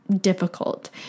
difficult